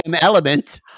element